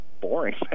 boring